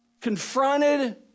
confronted